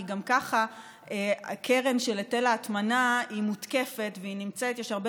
כי גם ככה הקרן של היטל ההטמנה מותקפת ויש הרבה